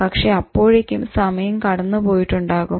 പക്ഷെ അപ്പോഴേക്കും സമയം കടന്നു പോയിട്ടുണ്ടാകും